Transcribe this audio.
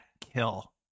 kill